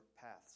paths